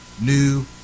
new